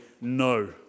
no